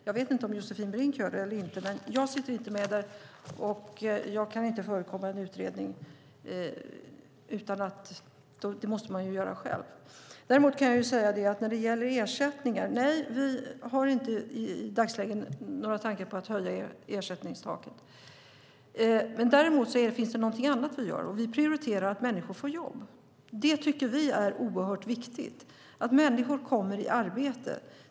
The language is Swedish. Jag vet inte om Josefin Brink gör det eller inte, men jag sitter inte med där och jag kan inte förekomma utredningen. Däremot kan jag när det gäller ersättningen säga att vi inte i dagsläget har några tankar på att höja ersättningstaket. Däremot finns det något annat vi gör. Vi prioriterar att människor får jobb. Vi tycker att det är oerhört viktigt att människor kommer i arbete.